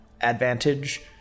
advantage